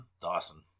Dawson